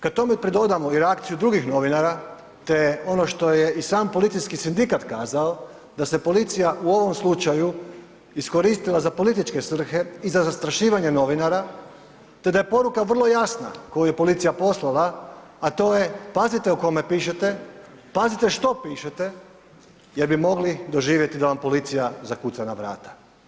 Kad tome pridodamo i reakciju drugih novinara, te ono što je i sam policijski sindikat kazao, da se policija u ovom slučaju iskoristila za političke svrhe i za zastrašivanje novinara te da je poruka vrlo jasna koju je policija poslala a to je pazite o kome pišete, pazite što pišete jer bi mogli doživjeti da vam policija zakuca na vrata.